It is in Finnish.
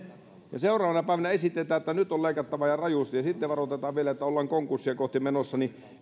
ja seuraavana päivänä esitetään että nyt on leikattava ja rajusti ja sitten varoitetaan vielä että ollaan konkurssia kohti menossa